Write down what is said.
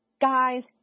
Guys